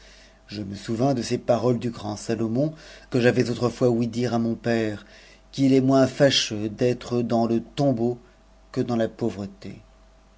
vieillesse jgine souvins de ces paroles du grand salomon que j'avais autrefois ouï jjj'e à mon père qu'il est moins fâcheux d'être dans le tombeau que dans la pauvreté